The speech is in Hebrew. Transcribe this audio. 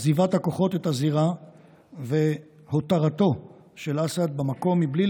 עזיבת הכוחות את הזירה והותרתו של אסעד במקום מבלי